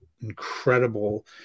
incredible